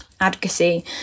advocacy